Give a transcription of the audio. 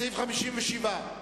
שמבקש הצבעה